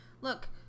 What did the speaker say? look